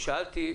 כששאלתי,